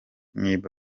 niba